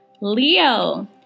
leo